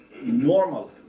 normal